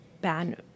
ban